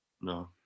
No